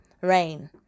Rain